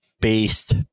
based